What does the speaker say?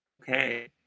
Okay